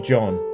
John